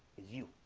you